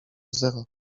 zero